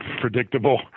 predictable